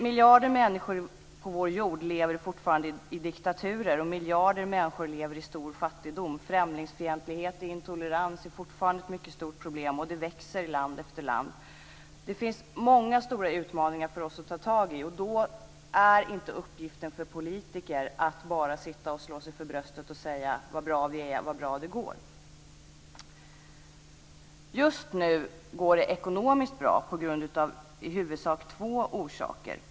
Miljarder människor på vår jord lever fortfarande i diktaturer, och miljarder människor lever i stor fattigdom. Främlingsfientlighet och intolerans är fortfarande ett mycket stort problem, och det växer i land efter land. Det finns många stora utmaningar för oss att ta tag i. Då är inte uppgiften för politiker att bara sitta och slå sig för bröstet och säga: Vad bra vi är, och vad bra det går! Just nu går det ekonomiskt bra. Det har i huvudsak två orsaker.